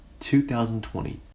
2020